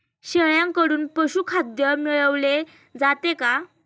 शेळ्यांकडून पशुखाद्य मिळवले जाते का?